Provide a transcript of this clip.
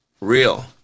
real